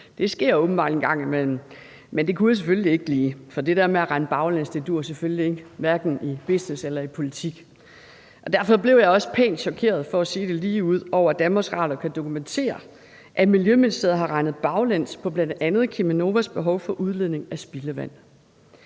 Det sker åbenbart en gang imellem. Men det kunne jeg selvfølgelig ikke lige, for det der med at regne baglæns duer selvfølgelig ikke, hverken i business eller i politik. Derfor blev jeg også pænt chokeret, for at sige ligeud, over, at Danmarks Radio kan dokumentere, at Miljøministeriet har regnet baglæns på bl.a. Cheminovas behov for udledning af spildevand.